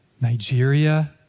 Nigeria